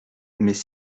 mais